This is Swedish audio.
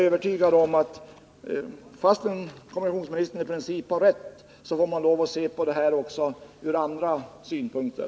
Fastän kommunikationsministern i princip har rätt får man — det är jag övertygad om — lov att se på det här problemet också ur andra synpunkter.